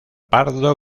pardo